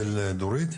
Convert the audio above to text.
של דורית?